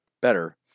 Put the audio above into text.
better